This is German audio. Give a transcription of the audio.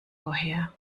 woher